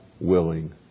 willing